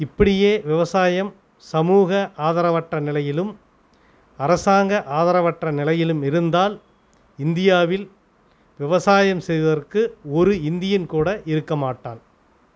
இப்படியே விவசாயம் சமூக ஆதரவற்ற நிலையிலும் அரசாங்க ஆதரவற்ற நிலையிலும் இருந்தால் இந்தியாவில் விவசாயம் செய்வதற்கு ஒரு இந்தியன் கூட இருக்கமாட்டான்